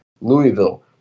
Louisville